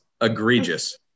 Egregious